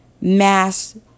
mass